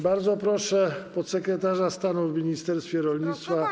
Bardzo proszę podsekretarza stanu w Ministerstwie Rolnictwa.